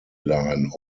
line